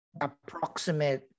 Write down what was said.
approximate